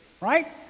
right